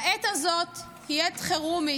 העת הזאת היא עת חירומית,